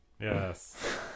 Yes